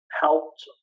helped